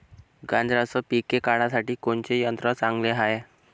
गांजराचं पिके काढासाठी कोनचे यंत्र चांगले हाय?